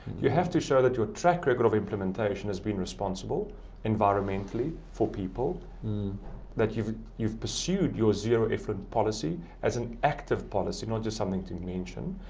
you have to show that your track record of implementation has been responsible environmentally for people that you've you've pursued your zero allfuent and policy as an active policy, not just something to mention.